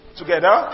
together